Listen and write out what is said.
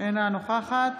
אינה נוכחת